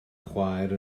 chwaer